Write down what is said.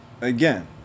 Again